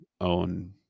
own